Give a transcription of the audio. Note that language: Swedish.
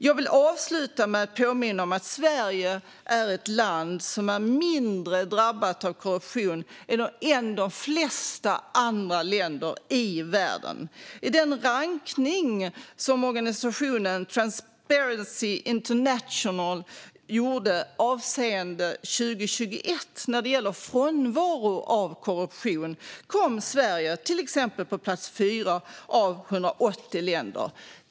Jag vill avsluta med att påminna om att Sverige är ett land som är mindre drabbat av korruption än de flesta andra länder i världen. I den rankning som organisationen Transparency International gjorde avseende 2021 när det gäller frånvaro av korruption kom Sverige till exempel på plats 4 av 180 länder.